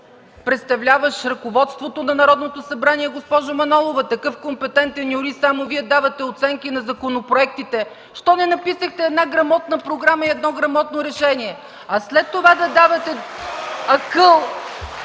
представляващ ръководството на Народното събрание, госпожо Манолова? Такъв компетентен юрист – само Вие давате оценки на законопроектите – защо не написахте една грамотна програма и едно грамотно решение? (Смях и ръкопляскания